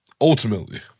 ultimately